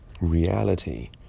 reality